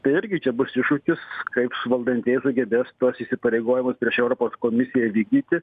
tai irgi čia bus iššūkis kaip valdantieji sugebės tuos įsipareigojimus prieš europos komisiją įvykdyti